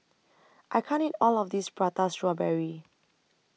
I can't eat All of This Prata Strawberry